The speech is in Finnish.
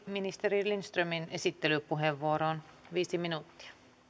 ministeri lindströmin esittelypuheenvuoroon viisi minuuttia